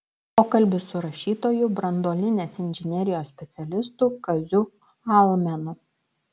pokalbis su rašytoju branduolinės inžinerijos specialistu kaziu almenu